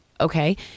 Okay